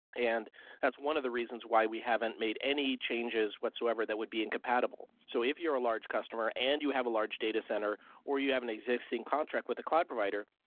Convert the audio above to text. and that's one of the reasons why we haven't made any changes whatsoever that would be incompatible. so if you're a large customer and you have a large data center or you have an existing contract with the cloud provider,